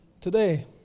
today